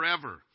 forever